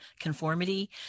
conformity